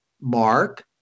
Mark